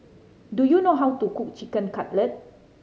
do you know how to cook Chicken Cutlet